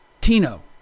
Tino